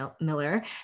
Miller